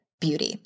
beauty